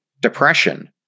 depression